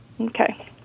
Okay